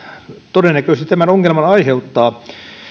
todennäköisesti tämän ongelman aiheuttaa